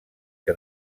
que